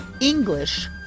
English